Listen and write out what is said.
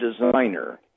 designer